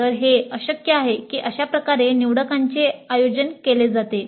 तर हे अशक्य आहे की अशाप्रकारे निवडकांचे आयोजन केले जाते